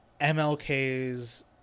MLK's